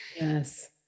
Yes